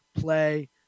play